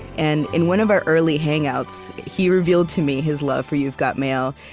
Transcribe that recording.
and in one of our early hangouts he revealed to me his love for you've got mail.